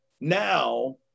now